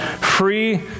free